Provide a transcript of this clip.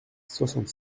soixante